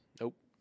Nope